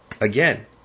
again